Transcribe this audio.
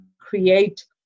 create